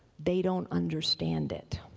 they don't understand it.